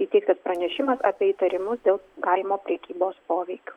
įteiktas pranešimas apie įtarimus dėl galimo prekybos poveikiu